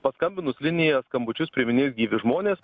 paskambinus linija skambučius priiminės gyvi žmonės